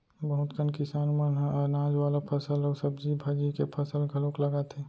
बहुत कन किसान मन ह अनाज वाला फसल अउ सब्जी भाजी के फसल घलोक लगाथे